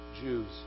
Jews